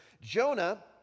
Jonah